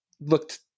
looked –